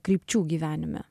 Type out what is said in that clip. krypčių gyvenime